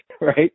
right